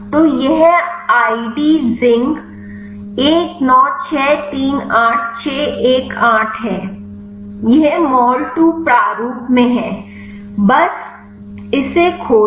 तो यह ID zinc 19638618 है यह मोल 2 प्रारूप में है बस इसे खोलें